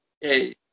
hey